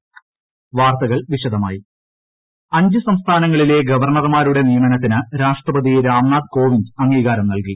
Kerala governor അഞ്ച് സംസ്ഥാനങ്ങളിലെ ഗവർണർമാരുടെ നിയമനത്തിന് രാഷ്ട്രപതി രാംനാഥ് കോവിന്ദ് അംഗീകാരം നല്കി